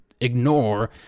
ignore